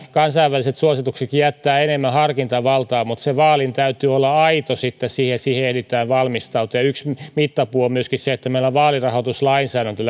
kansainväliset suositukset jättävät enemmän harkintavaltaa mutta sen vaalin täytyy olla aito ja sellainen että siihen ehditään valmistautua yksi mittapuu on myöskin se että meillä vaalirahoituslainsäädäntö